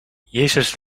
jezus